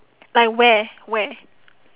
like where where